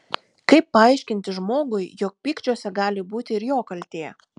kaip paaiškinti žmogui jog pykčiuose gali būti ir jo kaltė